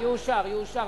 יאושר, יאושר, יאושר.